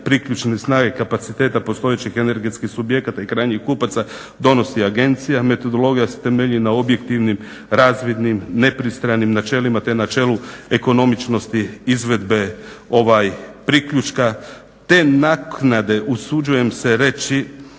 priključne snage kapaciteta postojećih energetskih subjekata i krajnjih kupaca donosi agencija. Metodologija se temelji na objektivnim, razvidnim, nepristranim načelima te načelu ekonomičnosti izvedbe priključka". Te naknade usuđujem se reći